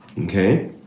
okay